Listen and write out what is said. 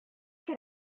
бик